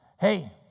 Hey